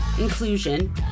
inclusion